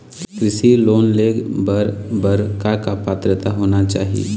कृषि लोन ले बर बर का का पात्रता होना चाही?